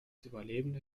überlebende